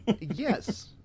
Yes